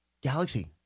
Galaxy